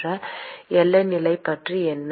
மற்ற எல்லை நிலைமை பற்றி என்ன